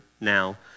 now